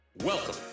Welcome